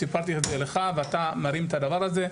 סיפרתי את זה לך, ואתה מרים את הדבר הזה.